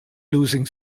losing